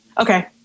Okay